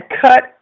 cut